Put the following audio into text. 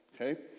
okay